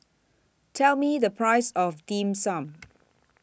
Tell Me The Price of Dim Sum